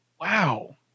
Wow